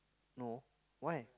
no why